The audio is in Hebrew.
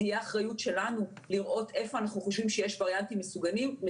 זאת תהיה האחריות שלנו לראות איפה אנחנו חושבים שיש וריאנטים מסוכנים,